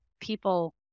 people